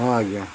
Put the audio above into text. ହଁ ଆଜ୍ଞା